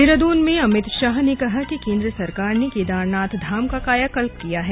देहरादून में अमित शाह ने कहा कि केंद्र सरकार ने केदारनाथ धाम का कायाकल्प किया है